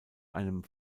einem